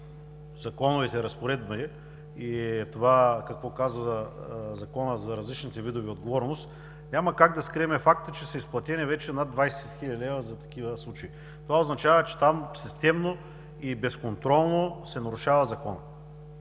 законовите разпоредби и какво казва законът за различните видове отговорност, няма как да скрием факта, че са изплатени вече над 20 хил. лв. за такива случаи. Това означава, че там системно и безконтролно се нарушава законът.